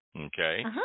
okay